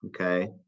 okay